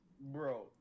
Bro